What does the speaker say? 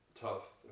top